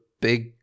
big